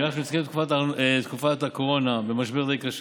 אני רק מזכיר את תקופת הקורונה, משבר די קשה,